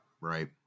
Right